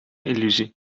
illusie